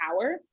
power